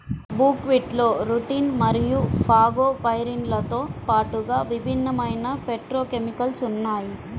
బుక్వీట్లో రుటిన్ మరియు ఫాగోపైరిన్లతో పాటుగా విభిన్నమైన ఫైటోకెమికల్స్ ఉన్నాయి